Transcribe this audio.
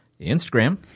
Instagram